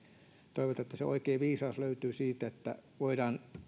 toivotaan että se oikea viisaus löytyy siitä niin että voidaan